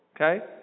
Okay